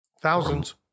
thousands